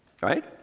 Right